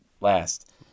last